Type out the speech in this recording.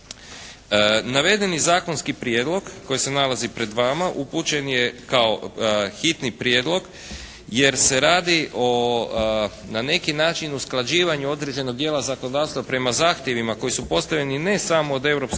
Navedeni zakonski prijedlog koji se nalazi pred vama upućen je kao hitni prijedlog jer se radi o na neki način usklađivanju određenog dijela zakonodavstva prema zahtjevima koji su postavljeni ne samo od